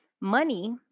money